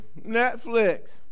Netflix